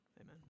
Amen